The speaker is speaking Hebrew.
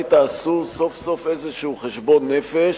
אולי תעשו סוף-סוף איזה חשבון נפש,